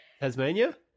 Tasmania